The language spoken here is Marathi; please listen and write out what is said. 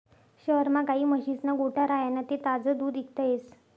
शहरमा गायी म्हशीस्ना गोठा राह्यना ते ताजं दूध इकता येस